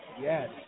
Yes